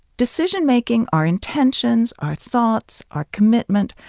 decision-making, our intentions, our thoughts, our commitment,